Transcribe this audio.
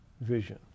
vision